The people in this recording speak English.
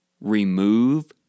remove